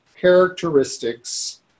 characteristics